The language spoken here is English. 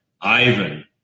Ivan